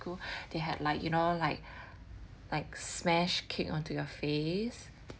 schcool they had like you know like like smashed cake onto your face